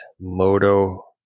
moto